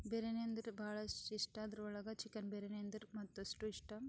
ಬಿರ್ಯಾನಿ ಅಂದ್ರೆ ಭಾಳಷ್ಟು ಇಷ್ಟ ಅದ್ರೊಳಗೆ ಚಿಕನ್ ಬಿರ್ಯಾನಿ ಅಂದರೆ ಮತ್ತಷ್ಟು ಇಷ್ಟ